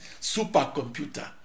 supercomputer